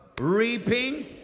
Reaping